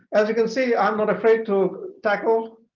as you can see, i'm not afraid to tackle